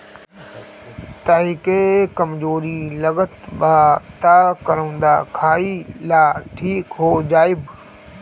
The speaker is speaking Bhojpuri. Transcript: तहके कमज़ोरी लागत बा तअ करौदा खाइ लअ ठीक हो जइब